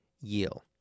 yield